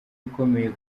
ikomeye